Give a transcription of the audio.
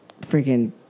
Freaking